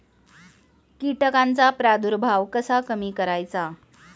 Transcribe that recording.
कीटकांचा प्रादुर्भाव कसा कमी करायचा?